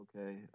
Okay